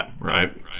right